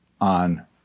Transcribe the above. on